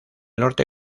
norte